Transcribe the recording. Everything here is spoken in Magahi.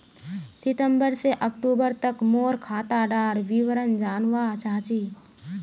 सितंबर से अक्टूबर तक मोर खाता डार विवरण जानवा चाहची?